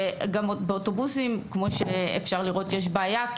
שגם באוטובוסים כמו שאפשר לראות יש בעיה,